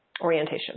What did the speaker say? orientation